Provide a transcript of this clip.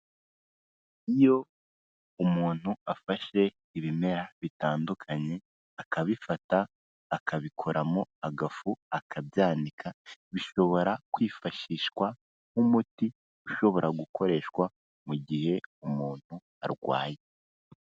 Iyo umuntu afashe ibimera bitandukanye akabifata akabikoramo agafu, akabika bishobora kwifashishwa nk'umuti ushobora gukoreshwa mu gihe umuntu arwaye.